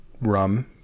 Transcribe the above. rum